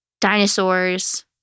Dinosaurs